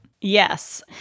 Yes